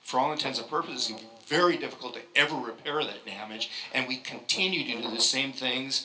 for all intents and purposes very difficult to ever repair the damage and we continue to do the same things